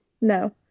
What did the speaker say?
No